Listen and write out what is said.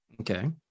Okay